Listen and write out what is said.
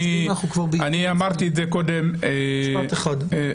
אני אומר את